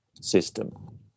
system